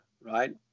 Right